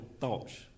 thoughts